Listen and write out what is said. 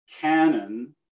canon